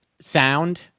sound